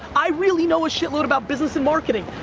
i really know a shitload about business and marketing.